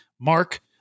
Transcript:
Mark